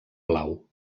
blau